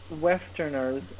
Westerners